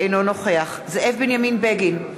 אינו נוכח זאב בנימין בגין,